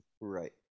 Right